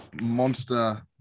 monster